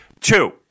Two